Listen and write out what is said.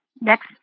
next